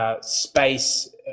space